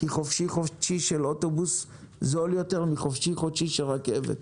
כי חופשי חודשי של אוטובוס זול יותר מחופשי חודשי של רכבת.